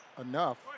enough